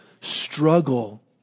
struggle